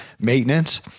maintenance